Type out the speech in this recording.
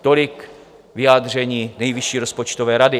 Tolik vyjádření Nejvyšší rozpočtové rady.